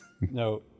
no